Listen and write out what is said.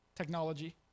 Technology